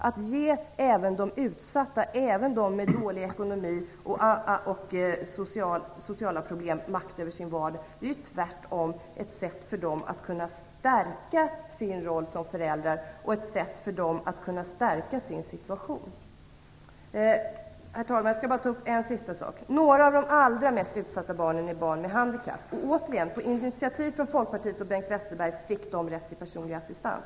Att ge även de utsatta, dem med dålig ekonomi och sociala problem, makt över sin vardag är tvärtom ett sätt för dessa att kunna stärka sin roll som föräldrar och att kunna stärka sin situation. Herr talman! Några av de allra mest utsatta barnen är barn med handikapp. Återigen: På initiativ av Folkpartiet och Bengt Westerberg fick de rätt till personlig assistans.